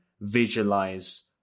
visualize